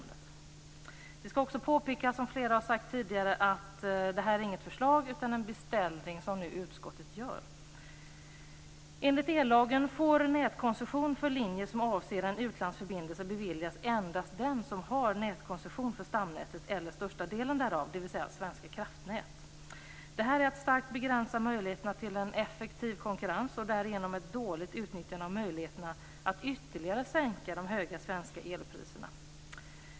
Det skall också påpekas, som flera har gjort tidigare, att det inte är ett förslag utan en beställning som utskottet nu gör. Enligt ellagen får nätkoncession för linje som avser en utlandsförbindelse beviljas endast den som har nätkoncession för stamnätet eller största delen därav, dvs. Svenska Kraftnät. Detta är att starkt begränsa möjligheterna till en effektiv konkurrens, och därigenom ett dåligt utnyttjande av möjligheterna att ytterligare sänka de höga svenska elpriserna.